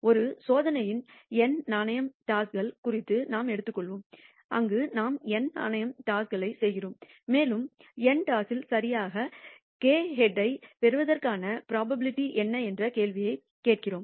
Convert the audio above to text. ஒரு சோதனையின் n நாணயம் டாஸ்கள் குறித்து நாம் எடுத்துக்கொள்வோம் அங்கு நாம் n நாணயம் டாஸ்கள் செய்கிறோம் மேலும் n டாஸில் சரியாக k ஹெட்ஐ பெறுவதற்கான புரோபாபிலிடி என்ன என்ற கேள்வியைக் கேட்கிறோம்